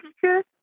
teacher